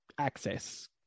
access